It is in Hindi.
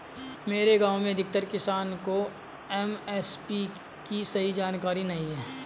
मेरे गांव में अधिकतर किसान को एम.एस.पी की सही जानकारी नहीं है